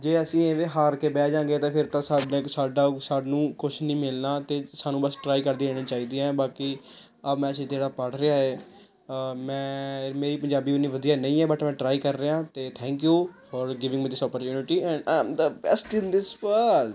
ਜੇ ਅਸੀਂ ਇਵੇਂ ਹਾਰ ਕੇ ਬਹਿ ਜਾਂਗੇ ਤਾਂ ਫਿਰ ਤਾਂ ਸਾਡੇ ਸਾਡਾ ਸਾਨੂੰ ਕੁਛ ਨਹੀਂ ਮਿਲਣਾ ਅਤੇ ਸਾਨੂੰ ਬਸ ਟਰਾਈ ਕਰਦੇ ਰਹਿਣਾ ਚਾਹੀਦੀ ਆ ਬਾਕੀ ਆਹ ਮੈਸੇਜ ਜਿਹੜਾ ਪੜ੍ਹ ਰਿਹਾ ਏ ਮੈਂ ਮੇਰੀ ਪੰਜਾਬੀ ਉੱਨੀ ਵਧੀਆ ਨਹੀਂ ਹੈ ਬਟ ਮੈਂ ਟਰਾਈ ਕਰ ਰਿਹਾ ਅਤੇ thank you for giving with this opportunity and I am the best in this world